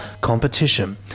competition